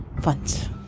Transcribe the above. funds